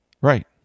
right